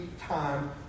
time